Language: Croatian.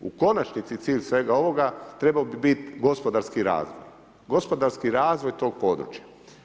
U konačnici cilj svega ovoga trebao bi bit gospodarski razvoj, gospodarski razvoj tog područja.